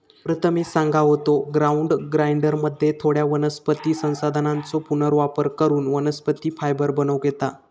प्रथमेश सांगा होतो, ग्राउंड ग्राइंडरमध्ये थोड्या वनस्पती संसाधनांचो पुनर्वापर करून वनस्पती फायबर बनवूक येता